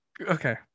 Okay